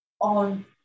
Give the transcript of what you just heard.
on